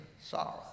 sorrow